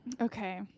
Okay